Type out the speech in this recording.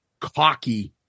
cocky